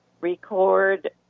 record